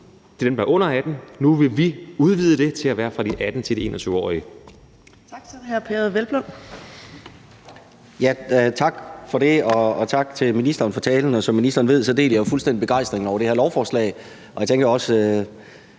Så er det hr. Peder Hvelplund. Kl. 11:55 Peder Hvelplund (EL): Tak for det, og tak til ministeren for talen. Som ministeren ved, deler jeg jo fuldstændig begejstringen over det her lovforslag, og jeg tænker også,